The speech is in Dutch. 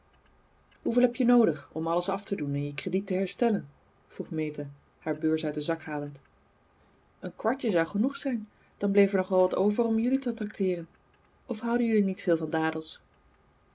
hoeveel heb je noodig om alles af te doen en je crediet te herstellen vroeg meta haar beurs uit den zak halend een kwartje zou genoeg zijn dan bleef er nog wel wat over om jullie te trakteeren of houden jullie niet veel van dadels